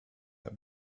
her